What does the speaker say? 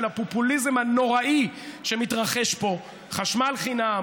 הפופוליזם הנוראי שמתרחש פה: חשמל חינם,